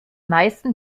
meisten